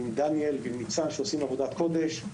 עם דניאל וניצן שעושים עבודת קודש.